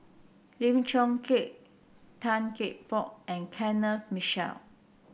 Lim Chong Keat Tan Cheng Bock and Kenneth Mitchell